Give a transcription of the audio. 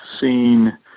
seen